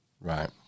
right